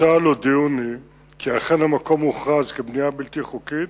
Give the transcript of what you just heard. מצה"ל הודיעוני כי אכן המקום הוכרז כבנייה בלתי חוקית,